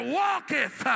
walketh